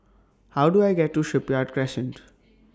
How Do I get to Shipyard Crescent